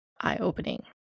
eye-opening